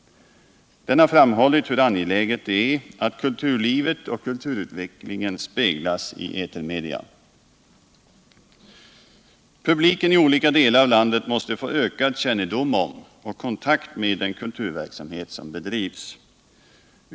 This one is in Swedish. Den har framhållit hur angeläget det är att kulturlivet och kulturutvecklingen speglas i etermedierna. Publiken i olika delar av landet måste få ökad kännedom om och kontakt med den kulturverksamhet som bedrivs.